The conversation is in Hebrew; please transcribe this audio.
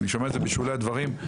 אני שומע את זה בשולי הדברים.